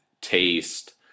taste